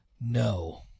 No